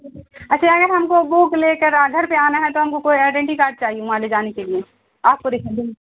اچھا اگر ہم کو بک لے کر آ گھر پہ آنا ہے تو ہم کو کوئی آئی ڈنٹی کارڈ چاہیے وہاں لے جانے کے لیے آپ کو دکھا دیں